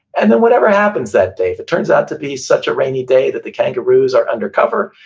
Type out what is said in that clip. and then whatever happens that day, if it turns out to be such a rainy day that the kangaroos are under cover,